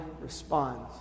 responds